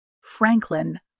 Franklin